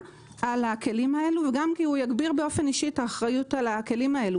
על הכלים האלה וגם כי הוא יגביר באופן אישי את האחריות על הכלים האלה.